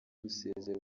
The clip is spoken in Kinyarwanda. gusezera